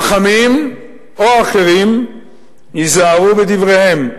חכמים או אחרים, ייזהרו בדבריהם,